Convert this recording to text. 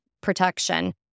protection